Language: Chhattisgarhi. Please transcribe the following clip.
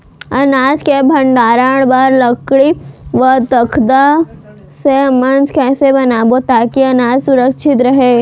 अनाज के भण्डारण बर लकड़ी व तख्ता से मंच कैसे बनाबो ताकि अनाज सुरक्षित रहे?